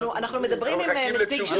אנחנו מדברים עם נציג משרד התיירות.